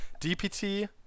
DPT